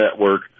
Network